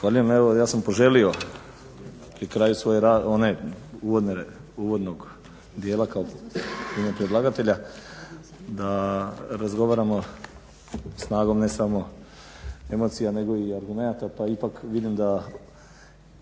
Evo ja sam poželio pri kraju svog uvodnog dijela u ime predlagatelja da razgovaramo snagom ne samo emocija nego i argumenata pa ipak vidim da